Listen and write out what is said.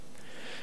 עלִלות".